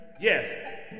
Yes